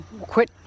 quit